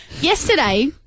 Yesterday